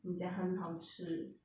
你讲很好吃